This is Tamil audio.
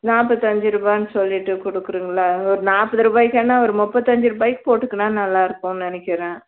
நாற்பத்தஞ்சி ருபாய்னு சொல்லிட்டு கொடுக்குறீங்களா ஒரு நாற்பது ருபாய்க்குனால் ஒரு முப்பத்தஞ்சு ருபாய்க்கு போட்டுக்குனால் நல்லாயிருக்கும்னு நினைக்கிறேன்